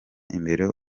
imbere